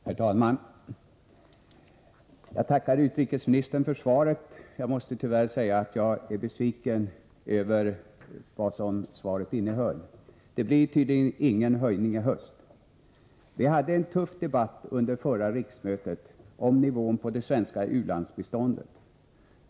Herr talman! Jag tackar utrikesministern för svaret. Jag måste tyvärr säga att jag är besviken över svarets innehåll. Det blir tydligen ingen höjning i höst. Vi hade en tuff debatt under förra riksmötet om nivån på det svenska u-landsbiståndet.